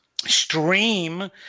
stream